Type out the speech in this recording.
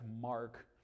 mark